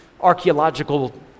archaeological